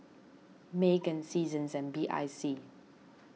Megan Seasons and B I C